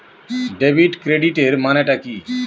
Debit ক্রেডিটের মানে টা কি?